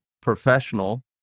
Professional